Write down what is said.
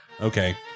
Okay